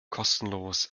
kostenlos